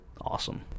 awesome